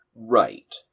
Right